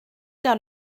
down